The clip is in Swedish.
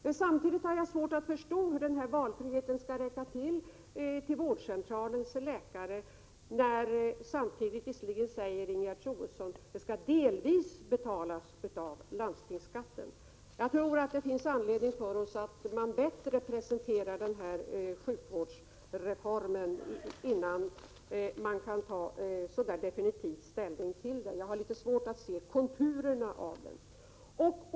Men jag har svårt att förstå hur den valfriheten skall räcka till för vårdcentralens läkare, även om Ingegerd Troedsson säger att det delvis skall betalas genom landstingsskatten. Jag tror att det finns anledning för moderaterna att bättre presentera denna sjukvårdsförsäkring för att vi skall kunna ta ställning till förslaget. Det är litet svårt att se konturerna i denna försäkring.